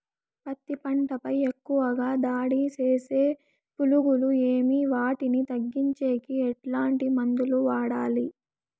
పత్తి పంట పై ఎక్కువగా దాడి సేసే పులుగులు ఏవి వాటిని తగ్గించేకి ఎట్లాంటి మందులు వాడాలి?